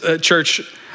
church